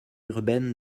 urbaine